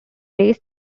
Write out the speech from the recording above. race